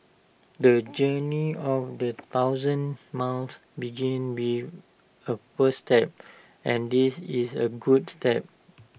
the journey of A thousand miles begins with A first step and this is A good step